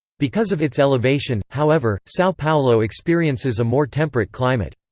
because of its elevation, however, sao paulo experiences a more temperate climate.